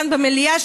כאן במליאה,